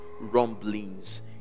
rumblings